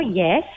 yes